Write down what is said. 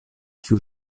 kiu